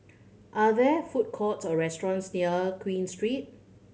are there food courts or restaurants near Queen Street